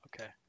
Okay